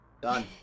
Done